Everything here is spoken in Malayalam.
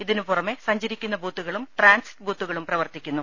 ഇതിനുപുറമെ സഞ്ചരിക്കുന്ന ബൂത്തു കളും ട്രാൻസിറ്റ് ബൂത്തുകളും പ്രവർത്തിക്കുന്നു